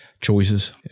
choices